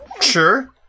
Sure